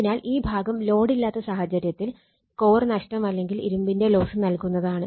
അതിനാൽ ഈ ഭാഗം ലോഡില്ലാത്ത സാഹചര്യത്തിൽ കോർ നഷ്ട്ടം അല്ലെങ്കിൽ ഇരുമ്പിന്റെ ലോസ് നൽകുന്നതാണ്